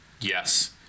Yes